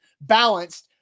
balanced